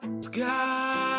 sky